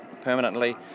permanently